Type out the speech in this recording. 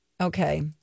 Okay